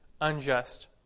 unjust